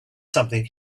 something